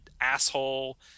asshole